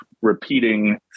repeating